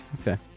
Okay